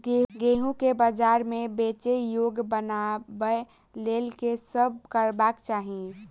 गेंहूँ केँ बजार मे बेचै योग्य बनाबय लेल की सब करबाक चाहि?